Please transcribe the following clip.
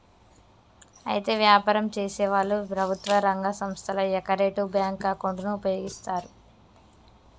అయితే వ్యాపారం చేసేవాళ్లు ప్రభుత్వ రంగ సంస్థల యొకరిటివ్ బ్యాంకు అకౌంటును ఉపయోగిస్తారు